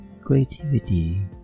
creativity